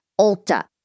Ulta